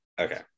okay